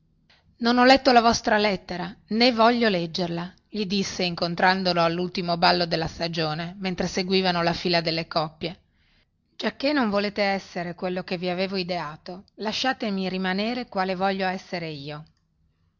non ho letto la vostra lettera nè voglio leggerla gli disse incontrandolo allultimo ballo della stagione mentre seguivano la fila delle coppie giacchè non volete essere quello che vi avevo ideato lasciatemi rimanere quale voglio essere io